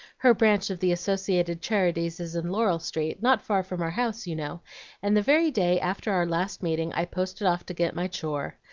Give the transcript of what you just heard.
her branch of the associated charities is in laurel street, not far from our house, you know and the very day after our last meeting i posted off to get my chore.